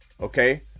okay